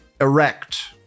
Erect